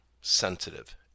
sensitive